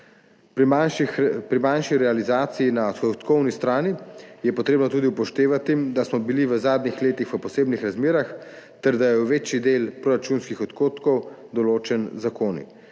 Pri manjši realizaciji na odhodkovni strani je treba tudi upoštevati, da smo bili v zadnjih letih v posebnih razmerah ter da je večji del proračunskih odhodkov določen z zakoni.